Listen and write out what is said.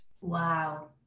Wow